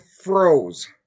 froze